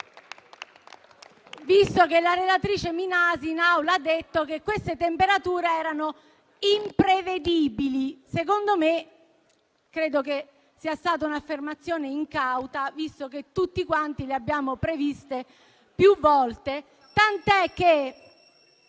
visto che la relatrice Minasi in Aula ha detto che queste temperature erano imprevedibili. Credo che sia stata un'affermazione incauta, visto che tutti quanti le abbiamo previste più volte, tanto che